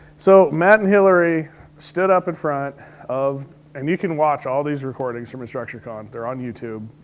so matt and hilary stood up in front of. and you can watch all these recordings from instructurecon. they're on youtube.